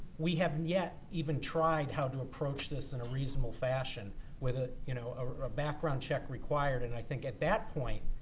we haven't yet even tried how to approach this in a reasonable fashion with ah you know a background check required. and i think at that point,